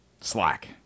slack